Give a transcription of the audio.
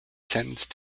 sentenced